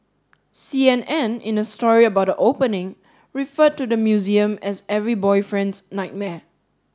C N N in a story about the opening referred to the museum as every boyfriend's nightmare